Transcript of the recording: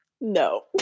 no